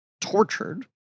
tortured